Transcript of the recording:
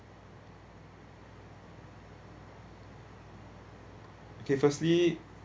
okay firstly